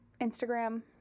Instagram